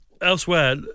Elsewhere